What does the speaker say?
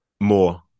More